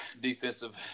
defensive